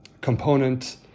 component